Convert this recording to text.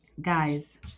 guys